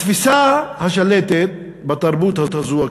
התפיסה השלטת בתרבות הזאת,